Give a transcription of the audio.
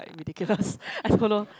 like ridiculous I don't know